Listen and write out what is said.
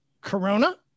Corona